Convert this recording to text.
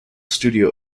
studio